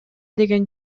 деген